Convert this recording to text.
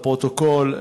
לפרוטוקול,